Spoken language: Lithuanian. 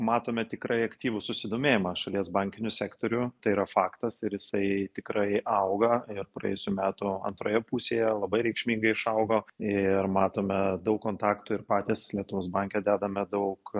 matome tikrai aktyvų susidomėjimą šalies bankiniu sektoriu tai yra faktas ir jisai tikrai auga ir praėjusių metų antroje pusėje labai reikšmingai išaugo ir matome daug kontaktų ir patys lietuvos banke dedame daug